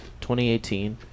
2018